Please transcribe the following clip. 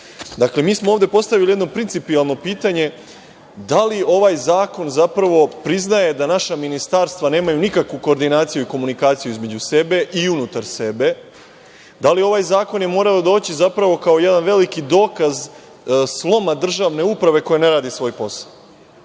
mi smo ovde postavili jedno principijelno pitanje – da li ovaj zakon zapravo priznaje da naša ministarstva nemaju nikakvu koordinaciju i komunikaciju između sebe i unutar sebe, da li je ovaj zakon morao doći zapravo kao jedan veliki dokaz sloma državne uprave koja ne radi svoj posao?